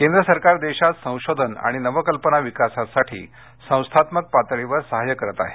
केंद्र सरकार देशात संशोधन आणि नवकल्पना विकासासाठी संस्थात्मक पातळीवर सहाय्य करत आहे